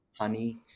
Honey